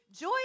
joy